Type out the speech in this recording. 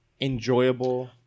Enjoyable